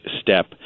step